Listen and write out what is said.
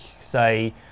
say